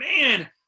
man